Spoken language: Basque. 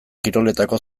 kiroletako